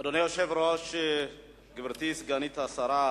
אדוני היושב-ראש, גברתי סגנית השר,